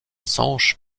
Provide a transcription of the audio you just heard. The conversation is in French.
sanche